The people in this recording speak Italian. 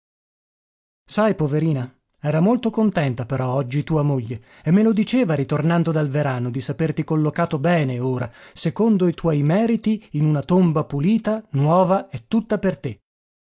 sai poverina era molto contenta però oggi tua moglie e me lo diceva ritornando dal verano di saperti collocato bene ora secondo i tuoi meriti in una tomba pulita nuova e tutta per te